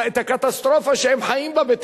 את הקטסטרופה שהם חיים בה,